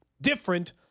different